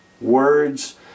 words